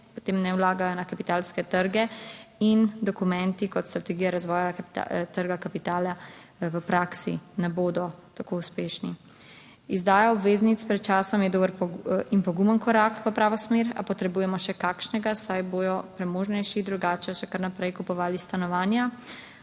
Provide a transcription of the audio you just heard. potem ne vlagajo na kapitalske trge in dokumenti kot strategija razvoja. Trga kapitala v praksi ne bodo tako uspešni. Izdaja obveznic pred časom je dober in pogumen korak v pravo smer, a potrebujemo še kakšnega, saj bodo premožnejši drugače še kar naprej kupovali stanovanja.